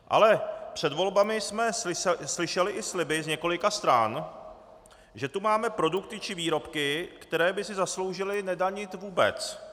Ale před volbami jsme slyšeli i sliby z několika stran, že tu máme produkty či výrobky, které by si zasloužily nedanit vůbec.